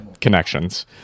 connections